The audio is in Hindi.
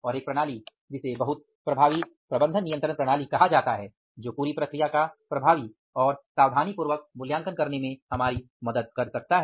और एक प्रणाली जिसे बहुत प्रभावी प्रबंधन नियंत्रण प्रणाली कहा जाता है जो पूरी प्रक्रिया का प्रभावी और सावधानीपूर्वक मूल्यांकन करने में हमारी मदद कर सकता है